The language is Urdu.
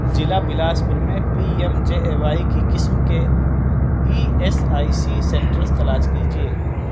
ضلع بلاسپور میں P M J A Y کی قسم کے E S I C centres تلاش کیجیے